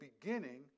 beginning